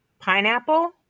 Pineapple